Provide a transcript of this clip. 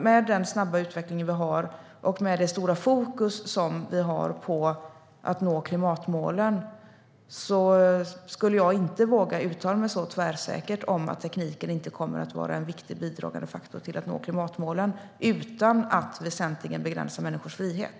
Med den snabba utveckling som vi har och med det stora fokus som vi har på att nå klimatmålen skulle jag inte våga uttala mig så tvärsäkert om att tekniken inte kommer att vara en viktig, bidragande faktor till att nå klimatmålen - utan att väsentligt begränsa människors frihet.